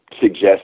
suggest